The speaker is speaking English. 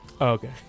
Okay